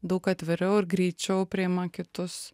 daug atviriau ir greičiau priima kitus